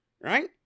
right